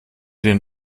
den